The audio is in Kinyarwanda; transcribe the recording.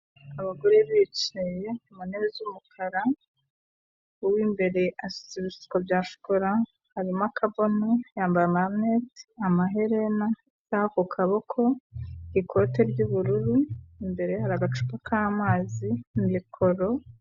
Abagore bicaye mu ntebe z'umukara, uwo imbere asutse ibisuko bya shokora, harimo akabano, yambaye amarinete, amaherena, isaha ku kaboko, ikote ry'ubururu, imbere hari agacupa k'amazi, mikoro.